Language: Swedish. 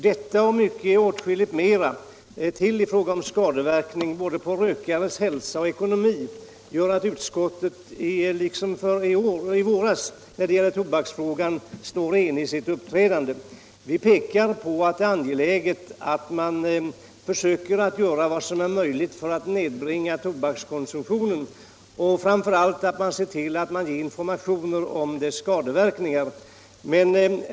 Detta och åtskilligt mera i fråga om skadeverkningar på rökares hälsa och ekonomi gör att utskottet liksom i våras när det gäller tobaksfrågan står enigt i sitt uppträdande. Vi pekar på att det är angeläget att man försöker göra vad som är möjligt för att nedbringa tobakskonsumtionen och framför allt att man ser till, att man ger information om dess skadeverkningar.